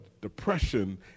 depression